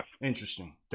Interesting